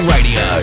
Radio